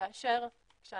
כאשר אנחנו